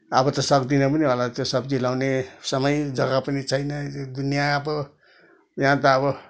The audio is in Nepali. अब त सक्दिनँ पनि होला त्यो सब्जी लाउने समय जग्गा पनि छैन दुनियाँ अब यहाँ त अब